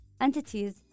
entities